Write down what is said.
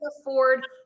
afford